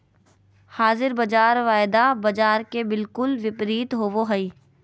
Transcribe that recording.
हाज़िर बाज़ार वायदा बाजार के बिलकुल विपरीत होबो हइ